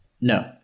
No